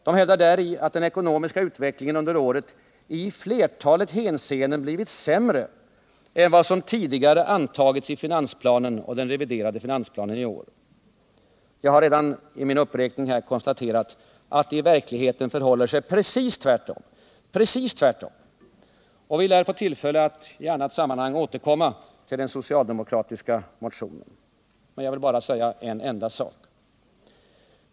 De hävdar däri att den ekonomiska utvecklingen under året i flertalet hänseenden blivit sämre än vad som tidigare antagits i finansplanen och i den reviderade finansplanen i år. Jag har i min uppräkning här redan konstaterat att det i verkligheten förhåller sig precis tvärtom. Vi lär få tillfälle att i annat sammanhang återkomma till den socialdemokratiska motionen. Jag vill bara säga en enda sak.